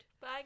Bye